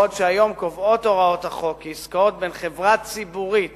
בעוד שהיום קובעות הוראות החוק כי עסקאות בין חברה ציבורית